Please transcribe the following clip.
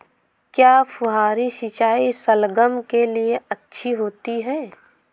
क्या फुहारी सिंचाई शलगम के लिए अच्छी होती है?